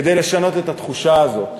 כדי לשנות את התחושה הזאת.